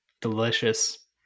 Delicious